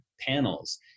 panels